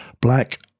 black